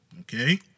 Okay